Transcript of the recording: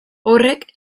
horrek